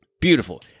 Beautiful